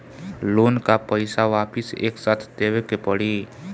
Loan का पईसा वापिस एक साथ देबेके पड़ी?